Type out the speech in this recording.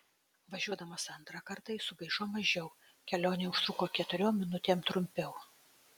važiuodamas antrą kartą jis sugaišo mažiau kelionė užtruko keturiom minutėm trumpiau